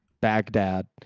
Baghdad